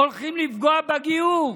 הולכים לפגוע בגיור,